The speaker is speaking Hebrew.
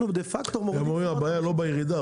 הם אומרים שהבעיה היא לא בירידה,